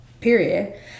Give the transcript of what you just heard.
period